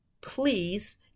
please